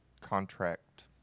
contract